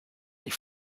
ich